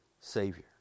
Savior